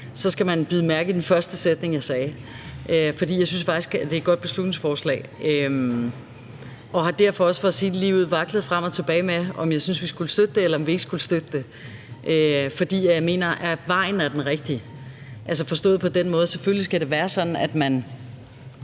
skal man bide mærke i den første sætning, jeg sagde. For jeg synes faktisk, det er et godt beslutningsforslag, og jeg har derfor også, for at sige det ligeud, vaklet frem og tilbage mellem, om vi skulle støtte det eller ikke skulle støtte det, for jeg mener, at vejen er den rigtige – forstået på den måde, at det selvfølgelig skal være sådan, at man